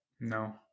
No